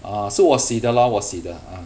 uh 是我洗的 lor 我洗的 mm